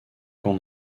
camp